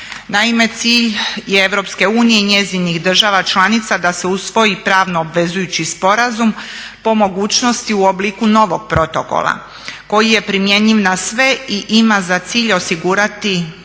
Naime, cilj je Europske unije i njezinih država članica da se usvoji pravno obvezujući sporazum po mogućnosti u obliku novog protokola koji je primjenjiv na sve i ima za cilj osigurati da